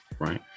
right